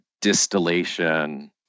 distillation